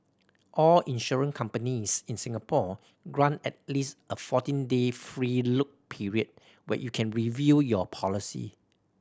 all insurance companies in Singapore grant at least a fourteen day free look period where you can review your policy